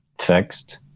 fixed